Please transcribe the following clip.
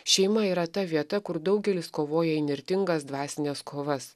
šeima yra ta vieta kur daugelis kovoja įnirtingas dvasines kovas